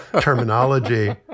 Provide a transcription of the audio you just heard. terminology